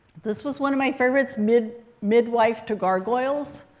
this was one of my favorites, midwife midwife to gargoyles.